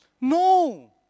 No